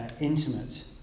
intimate